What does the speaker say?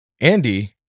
Andy